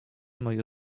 moje